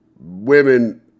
women